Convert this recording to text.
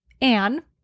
Anne